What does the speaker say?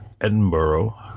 Edinburgh